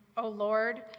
a lord,